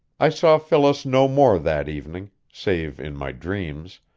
i saw phyllis no more that evening, save in my dreams,